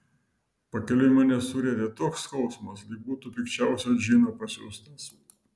pakeliui mane surietė toks skausmas lyg būtų pikčiausio džino pasiųstas